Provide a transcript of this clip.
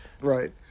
Right